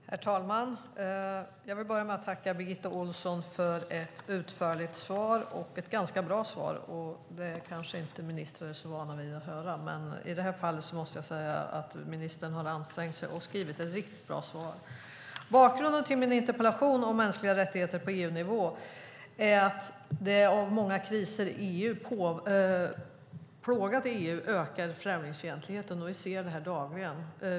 Herr talman! Jag vill börja med att tacka Birgitta Ohlsson för ett utförligt svar, ett ganska bra svar. Det kanske ministrar inte är så vana vid att höra, men i det här fallet måste jag säga att ministern har ansträngt sig och skrivit ett riktigt bra svar. Bakgrunden till min interpellation om mänskliga rättigheter på EU-nivå är att i det av många kriser plågade EU ökar främlingsfientligheten. Vi ser det dagligen.